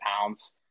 pounds